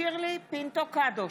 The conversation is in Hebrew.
שירלי פינטו קדוש,